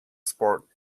sport